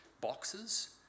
boxes